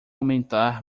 aumentar